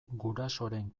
gurasoren